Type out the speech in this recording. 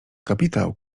kapitał